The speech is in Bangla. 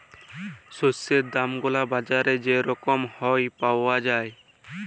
শস্যের দাম গুলা বাজারে যে রকম হ্যয় পাউয়া যায়